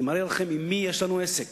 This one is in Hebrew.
זה מראה לכם עם מי יש לנו עסק.